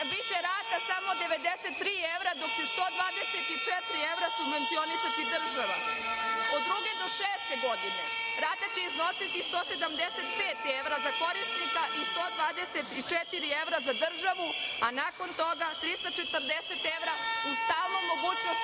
biće rata samo 93 evra, dok će 124 evra subvencionisati država. Od druge do šeste godine rata će iznositi 175 evra za korisnika i 124 evra za državu, a nakon toga 340 evra, uz stalnu mogućnost